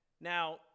Now